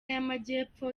y’amajyepfo